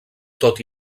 tot